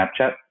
Snapchat